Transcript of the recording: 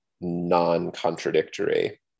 non-contradictory